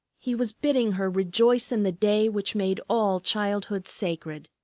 he was bidding her rejoice in the day which made all childhood sacred.